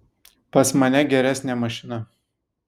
pas mane geresnė mašina